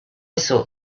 thought